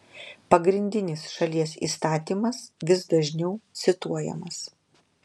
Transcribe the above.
pagrindinis šalies įstatymas vis dažniau cituojamas